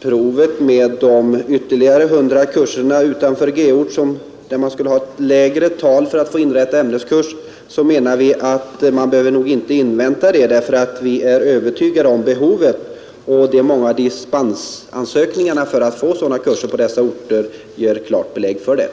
provet med de ytterligare hundra kurserna utanför g-ort, där man skulle ha ett lägre tal för att få inrätta ämneskurs, menar vi att man inte bör vänta. Vi är övertygade om behovet, och de många dispensansökningarna för att få anordna sådana kurser på dessa orter ger klart belägg för detta.